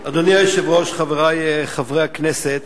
אדוני היושב-ראש, חברי חברי הכנסת,